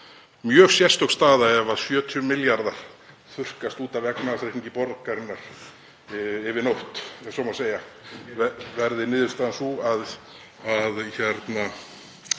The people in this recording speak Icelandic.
mjög sérstök staða ef 70 milljarðar þurrkast út af efnahagsreikningi borgarinnar yfir nótt, ef svo má segja. Verði niðurstaðan sú að